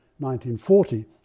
1940